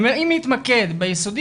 אם נתמקד ביסודי,